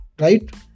right